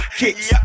kicks